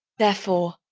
therefore,